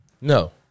No